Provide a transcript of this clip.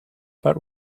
but